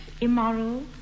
immoral